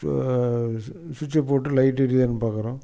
சுட்ச்சை போட்டு லைட் எரியுதான்னு பாக்கிறோம்